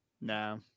No